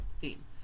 theme